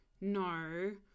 no